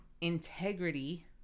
integrity